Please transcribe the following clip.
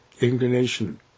inclination